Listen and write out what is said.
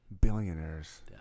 Billionaires